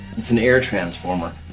it's an air transformer.